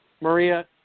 Maria